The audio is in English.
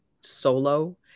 solo